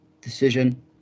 decision